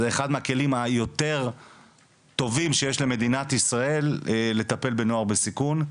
זה אחד מהכלים היותר טובים שיש למדינת ישראל לטפל בנוער בסיכון.